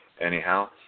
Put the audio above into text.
Anyhow